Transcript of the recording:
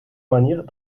manier